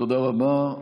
תודה רבה.